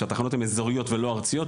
כשהתחנות הן אזוריות ולא ארציות,